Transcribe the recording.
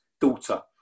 daughter